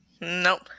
Nope